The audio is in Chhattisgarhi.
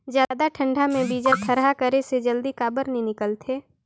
जादा ठंडा म बीजा थरहा करे से जल्दी काबर नी निकलथे?